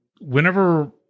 whenever